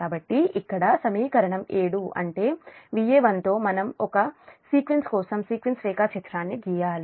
కాబట్టి ఇక్కడ సమీకరణం అంటే Va1 తో మనం ఈ ఒక సీక్వెన్స్ కోసం సీక్వెన్స్ రేఖాచిత్రాన్ని గీయాలి